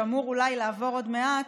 שאמור אולי לעבור עוד מעט,